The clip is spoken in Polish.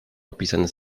opisane